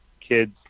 kids